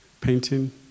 Painting